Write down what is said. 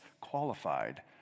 qualified